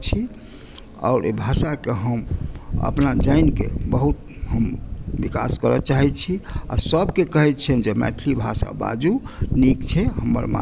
आओर ओहि भाषाकेँ हम अपना जानिके बहुत हम विकास करऽ चाहै छी ठीक आ सभकेँ कहै छियनि जे मैथिली भाषा बाजू नीक छै हमर मातृभाषा छी